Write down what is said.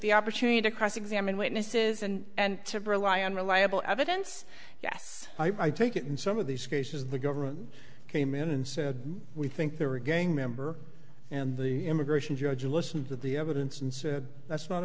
the opportunity to cross examine witnesses and to burlai unreliable evidence yes i take it in some of these cases the government came in and said we think there were a gang member and the immigration judge listen to the evidence and said that's not